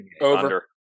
Over